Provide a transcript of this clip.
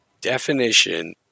definition